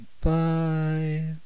bye